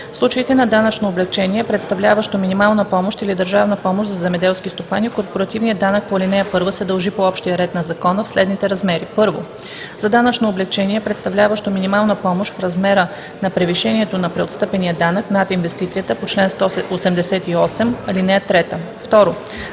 случаите на данъчно облекчение, представляващо минимална помощ или държавна помощ за земеделски стопани, корпоративният данък по ал. 1 се дължи по общия ред на закона, в следните размери: 1. за данъчно облекчение, представляващо минимална помощ – в размера на превишението на преотстъпения данък над инвестицията по чл. 188, ал. 3; 2.